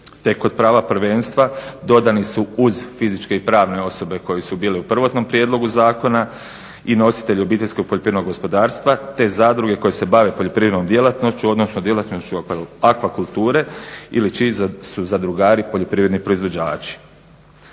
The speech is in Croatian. te kod prava prvenstva dodani su uz fizičke i pravne osobe koje su bile u prvotnom prijedlogu zakona i nositelji OPG-a te zadruge koje se bave poljoprivrednom djelatnošću, odnosno djelatnošću akvakulture ili čiji su zadrugari poljoprivredni proizvođači.